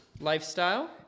Lifestyle